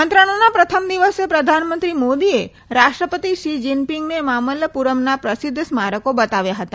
મંત્રણાના પ્રથમ દિવસે પ્રદાનમંત્રી મોદીએ રાષ્ટ્રપતિ શી જિનપિંગને મમલ્લપુરમના પ્રસિદ્ધ સ્મારકો બતાવ્યા હતા